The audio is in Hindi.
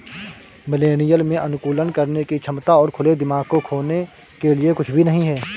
मिलेनियल में अनुकूलन करने की क्षमता और खुले दिमाग को खोने के लिए कुछ भी नहीं है